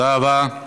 תודה רבה.